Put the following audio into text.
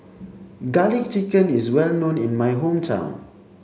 garlic chicken is well known in my hometown